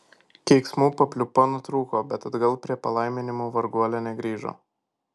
keiksmų papliūpa nutrūko bet atgal prie palaiminimų varguolė negrįžo